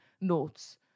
notes